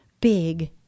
big